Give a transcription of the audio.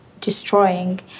destroying